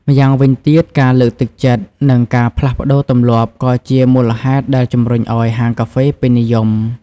ម្យ៉ាងវិញទៀត ការលើកទឹកចិត្ត និងការផ្លាស់ប្ដូរទម្លាប់ ក៏ជាមូលហេតុដែលជំរុញឱ្យហាងកាហ្វេពេញនិយម។